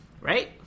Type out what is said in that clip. Right